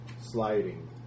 sliding